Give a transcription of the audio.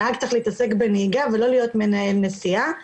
הנהג צריך להתעסק בנהיגה ולא להיות מנהל נסיעה.